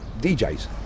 DJs